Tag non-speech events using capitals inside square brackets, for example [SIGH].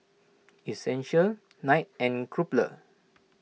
[NOISE] Essential [NOISE] Knight and Crumpler